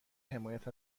حمایت